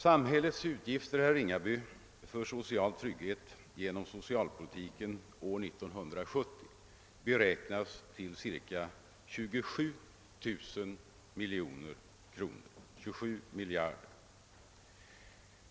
Samhällets utgifter, herr Ringaby, för social trygghet genom socialpolitiken beräknas för år 1970 uppgå till cirka 27 miljarder kro nor.